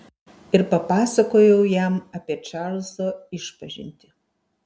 ir papasakojau jam apie čarlzo išpažintį